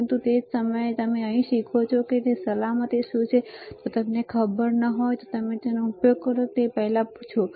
પરંતુ તે જ સમયે તમે અહીં જે શીખો છો તે સલામતી શું છેજો તમને ખબર ન હોય તો તમે તેનો ઉપયોગ કરો તે પહેલાં પૂછો